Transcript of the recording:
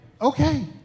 okay